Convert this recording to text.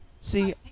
See